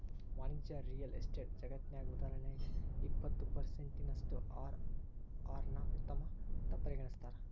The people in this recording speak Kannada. ವಾಣಿಜ್ಯ ರಿಯಲ್ ಎಸ್ಟೇಟ್ ಜಗತ್ನ್ಯಗ, ಉದಾಹರಣಿಗೆ, ಇಪ್ಪತ್ತು ಪರ್ಸೆನ್ಟಿನಷ್ಟು ಅರ್.ಅರ್ ನ್ನ ಉತ್ತಮ ಅಂತ್ ಪರಿಗಣಿಸ್ತಾರ